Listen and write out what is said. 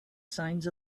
signs